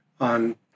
on